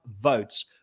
votes